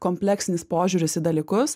kompleksinis požiūris į dalykus